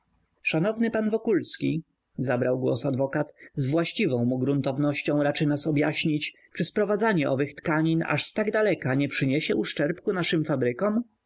szanowny pan wokulski zabrał głos adwokat z właściwą mu gruntownością raczy nas objaśnić czy sprowadzanie owych tkanin aż z tak daleka nie przyniesie uszczerbku naszym